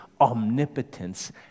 omnipotence